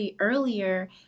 earlier